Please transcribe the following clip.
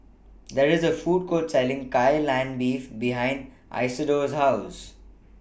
There IS A Food Court Selling Kai Lan Beef behind Isidore's House